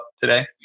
today